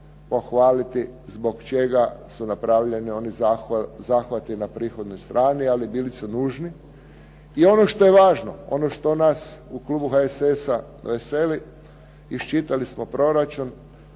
pohvaliti zbog čega su napravljeni oni zahvati na prihodnoj strani, ali bili su nužni. I ono što je važno, ono što u Klubu HSS-a veseli iščitali smo proračun,